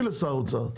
וכתבתי גם לשר האוצר,